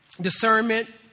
discernment